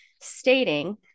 Stating